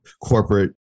corporate